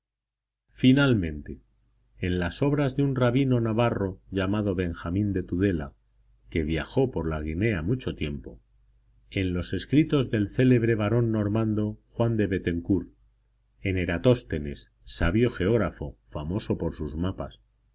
finalmente en las obras de un rabino navarro llamado benjamín de tudela que viajó por la guinea mucho tiempo en los escritos del célebre barón normando juan de bethencourt en eratóstenes sabio geógrafo famoso por sus mapas